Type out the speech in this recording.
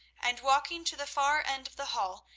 and walking to the far end of the hall,